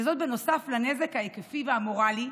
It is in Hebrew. וזאת נוסף לנזק ההיקפי והמורלי,